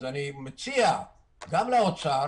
אני מציע גם לאוצר